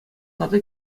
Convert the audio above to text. тата